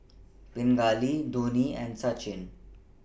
Pingali Dhoni and Sachin